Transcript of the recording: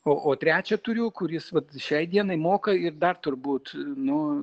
o o trečią turiu kuris vat šiai dienai moka ir dar turbūt nu